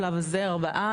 בשלב הזה ארבעה.